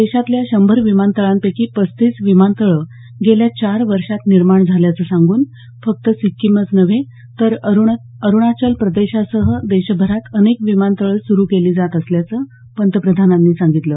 देशातल्या शंभर विमानतळांपैकी पस्तीस विमानतळं गेल्या चार वर्षात निर्माण झाल्याचं सांगून फक्त सिक्कीमच नव्हे तर अरुणाचल प्रदेशासह देशभरात अनेक विमानतळं सुरू केली जात असल्याचं पंतप्रधानांनी सांगितलं